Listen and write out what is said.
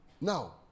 Now